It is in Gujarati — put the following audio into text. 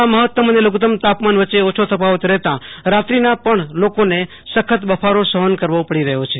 જિલ્લામાં મહત્તમ અને લઘુત્તમ તાપમાન વચ્ચે ઓછો તફાવત રહેતા રાત્રીના પણ લોકોને સખત બફારો સહન કરવો પડી રહ્યો છે